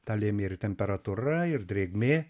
tą lėmė ir temperatūra ir drėgmė